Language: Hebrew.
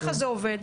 ככה זה עובד.